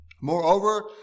Moreover